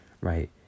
right